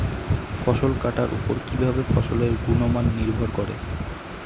ফসল কাটার উপর কিভাবে ফসলের গুণমান নির্ভর করে?